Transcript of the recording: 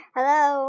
Hello